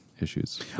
issues